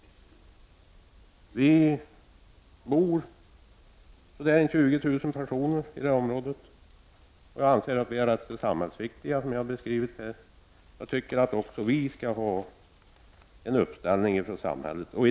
Det bor ca 20 000 personer i området, och detta område måste, som jag har framhållit, anses som viktigt ur samhällsekonomisk synpunkt. Samhället bör därför också ställa upp för oss.